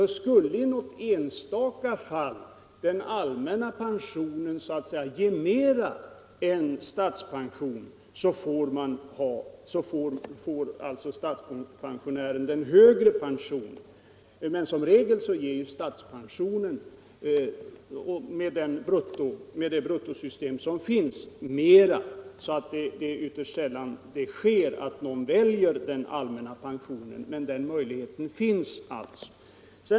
Skulle i något enstaka fall den allmänna pensionen ge mer än statspensionen får statspensionärerna den högre pensionen. Men som regel ger statspensionen med det bruttosystem som tillämpas mer. Det är ytterst sällan som någon behöver välja den allmänna pensionen, men den möjligheten finns alltså.